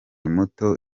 muto